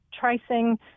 tracing